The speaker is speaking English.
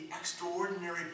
extraordinary